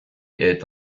est